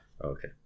Okay